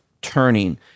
turning